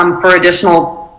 um for additional